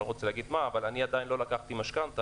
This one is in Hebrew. לא רוצה להגיד מה אבל אני עדיין לא לקחתי משכנתא.